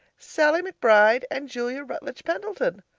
sallie mcbride and julia rutledge pendleton.